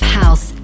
house